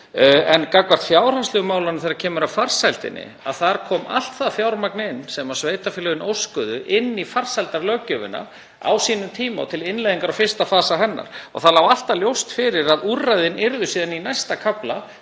varðar fjárhagslegu hliðina þegar kemur að farsældinni þá kom allt það fjármagn inn sem sveitarfélögin óskuðu eftir inn í farsældarlöggjöfina á sínum tíma og til innleiðingar á fyrsta fasa hennar. Það lá alltaf ljóst fyrir að úrræðin yrðu síðan í næsta kafla